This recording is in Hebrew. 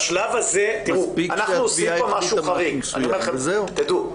מספיק שהתביעה החליטה משהו מסוים, וזהו.